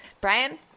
Brian